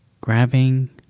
grabbing